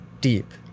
deep